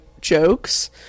jokes